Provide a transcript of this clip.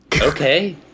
okay